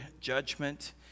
judgment